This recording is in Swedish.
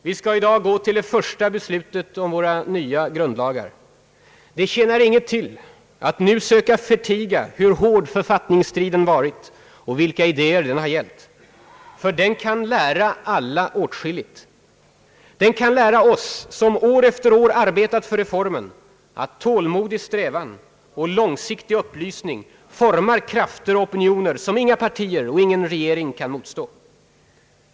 Vi skall i dag gå till det första beslutet om våra nya grundlagar, Det tjänar inget till att nu söka förtiga hur hård författningsstriden varit och vilka idéer den har gällt. Ty den kan lära alla åtskilligt. Den kan lära oss, som år efter år arbetat för reformen, att tålmodig strävan och långsiktig upplysning formar krafter och opinioner som inga partier och ingen regering till slut kan motstå.